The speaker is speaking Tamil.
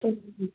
சரிங்க மேம்